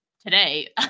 today